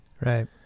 Right